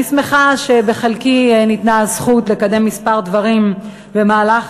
אני שמחה שבחלקי ניתנה הזכות לקדם כמה דברים במהלך